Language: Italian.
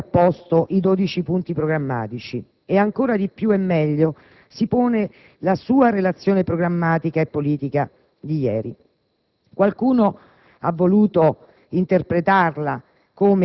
Prodi, ha posto, i dodici punti programmatici e ancora di più e meglio si pone la sua relazione programmatica e politica di ieri. Qualcuno ha voluto interpretarla